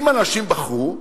אם אנשים בחרו,